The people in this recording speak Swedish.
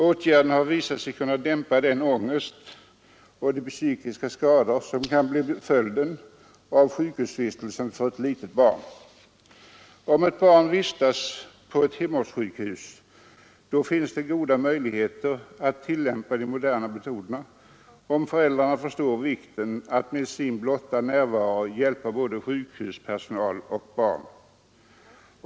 Åtgärderna har visat sig kunna dämpa den ångest och de psykiska skador som kan bli följden av sjukhusvistelsen för ett litet barn. När ett barn vistas på ett hemortssjukhus finns det goda möjligheter att tillämpa de moderna metoderna om föräldrarna förstår vikten av att med sin blotta närvaro hjälpa både sjukhuspersonal och barn.